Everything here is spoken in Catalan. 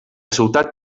ciutat